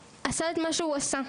ועשה את מה שהוא עשה.